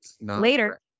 Later